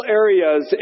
areas